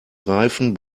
reifen